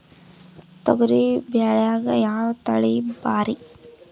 ತೊಗರಿ ಬ್ಯಾಳ್ಯಾಗ ಯಾವ ತಳಿ ಭಾರಿ?